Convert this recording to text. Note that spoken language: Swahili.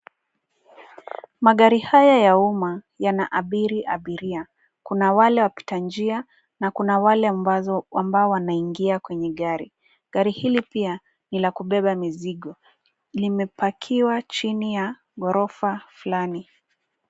Magari haya ya umma, yanaabiri abiria, kuna wale wapita njia na kuna wale ambao wanaingia kwenye gari. Gari hili pia ni la kubeba mizigo limepakiwa chini ya gorofa fulani.